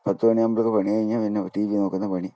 പത്തു മണി ആകുമ്പോഴേക്ക് പണി കഴിഞ്ഞാൽ പിന്നെ ടി വി നോക്കുന്ന പണി